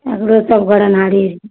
एकरो सब घर अन्हारे रहै